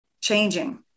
changing